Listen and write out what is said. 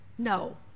No